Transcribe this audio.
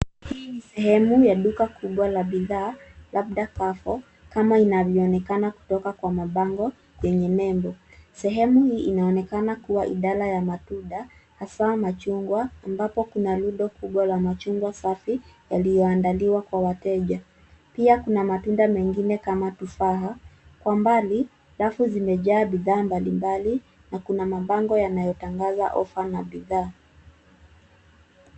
Hii ni sehemu ya duka kubwa la bidhaa, labda Carrefour kama inavyoonekana inavyoonekana kutoka kwa mabango yenye nembo. Sehemu hii inaonekana kuwa idara ya matunda hasa machungwa ambapo kuna rundo kubwa la machungwa safi yaliyoandaliwa kwa wateja. Pia kuna matunda mengine kama tufaha. Kwa mbali, rafu zimejaa bidhaa mbalimbali na kuna mabango yanayotangaza offer na bidhaa.